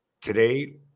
today